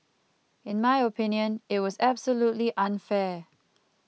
in my opinion it was absolutely unfair